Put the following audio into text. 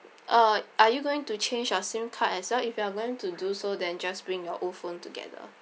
uh are you going to change your sim card as well if you are going to do so then just bring your old phone together